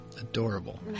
adorable